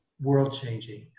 world-changing